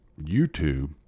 youtube